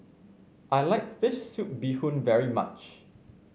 I like fish soup Bee Hoon very much